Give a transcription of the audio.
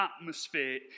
atmosphere